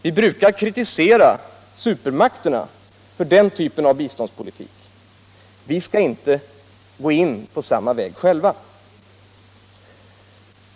Vi brukar kritisera supermakterna för den typen av biståndspolitik. Vi skall inte slå in på samma väg själva.